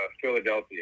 Philadelphia